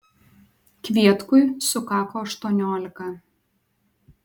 kvietkui sukako aštuoniolika